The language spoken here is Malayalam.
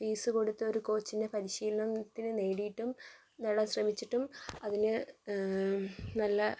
ഫീസ് കൊടുത്തൊരു കോച്ചിനെ പരിശീലനത്തിന് നേടിയിട്ടും നേടാൻ ശ്രമിച്ചിട്ടും അതിനു നല്ല